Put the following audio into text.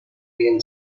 main